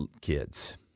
kids